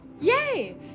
Yay